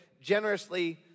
generously